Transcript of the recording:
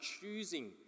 choosing